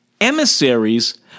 emissaries